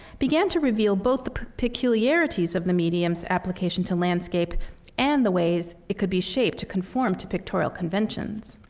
began to reveal both the peculiarities of the medium's application to landscape and the ways it could be shaped to conform to pictorial conventions.